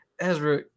Ezra